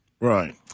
Right